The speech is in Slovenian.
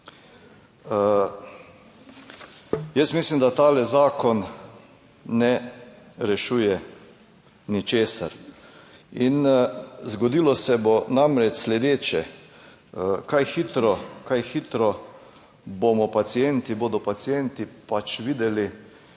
Jaz mislim, da ta zakon ne rešuje ničesar in zgodilo se bo namreč sledeče. Kaj hitro bomo pacienti, bodo pacienti pač videli,